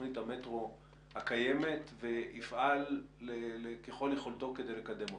תוכנית המטרו הקיימת ויפעל ככל יכולתו לקדם אותה?